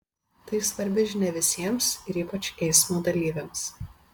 tai svarbi žinia visiems ir ypač eismo dalyviams